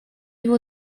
его